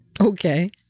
Okay